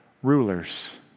Rulers